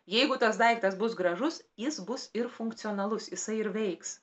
jeigu tas daiktas bus gražus jis bus ir funkcionalus jisai ir veiks